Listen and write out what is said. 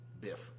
Biff